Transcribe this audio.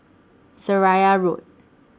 Seraya Road